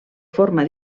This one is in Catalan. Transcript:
forma